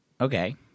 Okay